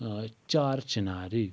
ٲں چار چناری